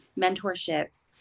mentorships